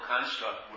construct